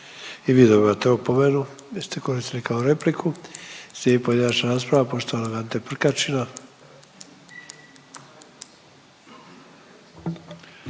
I vi dobivate opomenu jer ste koristili kao repliku. Slijedi pojedinačna rasprava poštovanog Ante Prkačina.